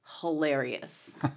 hilarious